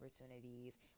opportunities